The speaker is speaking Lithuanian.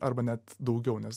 arba net daugiau nes